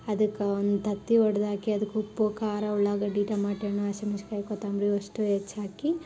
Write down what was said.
ಅದಕ್ಕೆ ಒಂದು ತತ್ತಿ ಒಡ್ದು ಹಾಕಿ ಅದಕ್ಕೆ ಉಪ್ಪು ಖಾರ ಉಳ್ಳಾಗಡ್ಡಿ ಟಮಾಟ ಹಣ್ಣು ಹಸಿ ಮೆಣಸಿನ್ಕಾಯಿ ಕೊತ್ತಂಬರಿ ಅವಷ್ಟು ಹೆಚ್ಚಾಕಿ